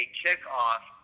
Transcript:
kickoff